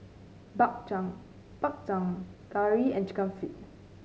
Bak Chang Bak Chang curry and chicken feet